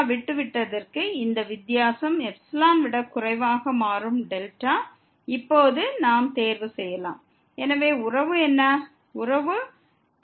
கொடுக்கப்பட்ட க்கு இந்த வேறுபாட்டை ஐ விட குறைவாக மாற்ற நாம் ஐ இப்போது நாம் தேர்வு செய்யலாம் உறவு 3δ≤ϵ